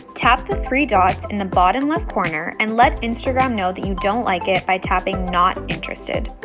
tap the three dots in the bottom left corner and let instagram know that you don't like it by tapping not interested.